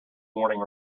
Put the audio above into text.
warning